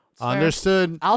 Understood